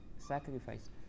sacrifice